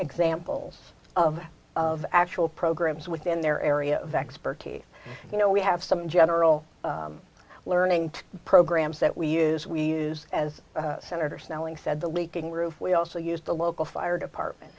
examples of of actual programs within their area of expertise you know we have some general learning programs that we use we use as senator snelling said the leaking roof we also used the local fire department